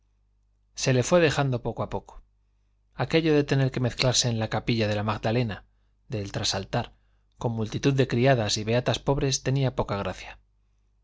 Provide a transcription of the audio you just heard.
se le fue dejando poco a poco aquello de tener que mezclarse en la capilla de la magdalena del trasaltar con multitud de criadas y beatas pobres tenía poca gracia